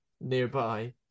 nearby